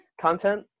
Content